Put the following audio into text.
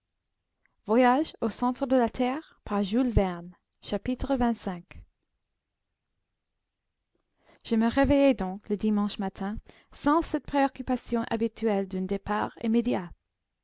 xxv je me réveillai donc le dimanche matin sans cette préoccupation habituelle d'un départ immédiat